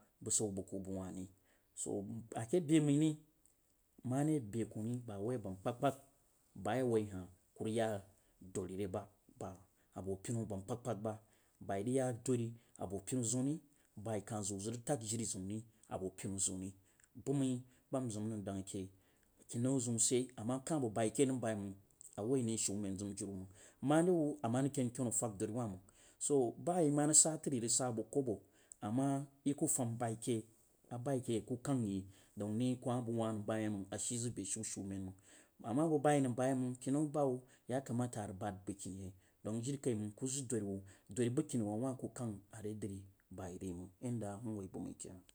Basau bag ku bag wah ri so ake be mairi mare ba kh ri bawipa kpagkpag bai rag ya doru ba abi pinu abu non kpagkpag ba-bai rag yadori abo pinu zaun riba kah zag wu zag rag tag jiri zəunri abo pinu zaun ri bam mji ba a nzim a nrag dang ke, kinnau zaun sidyei ama kah bag bai kenəm ba yeimang a woi nai shumen zim jiri wu mang more wu ama reg kenkenu a fesdori wah mang. So ba ima rag sa təri irag sa bag kobo, ama iku fam bai ke a wah ku kəngdouin nai ku ma bag wuh nəm bayei manf ashi zah beshin shumen mang. A man bag bai nam bayeimang kinnau bahab yakamata a ra bad bagkini yei dang kiri kai mang ku zag dori wu dori bəgkini wah a wah ku kang are dri bai ri mang n woi ba məi